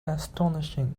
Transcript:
astonishing